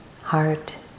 heart